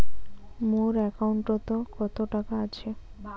মোর একাউন্টত কত টাকা আছে?